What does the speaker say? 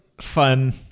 fun